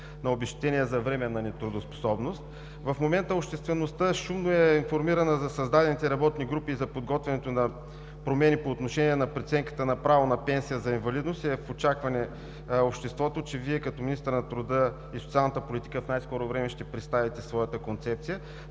обезщетения за временната неработоспособност. В момента обществеността шумно е информирана за създадените работни групи и за подготвянето на промени по отношение на преценката на правото на пенсия за инвалидност. Обществото е в очакване, че Вие, като министър на труда и социалната политика, в най-скоро време ще представите своята концепция.